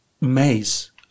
maze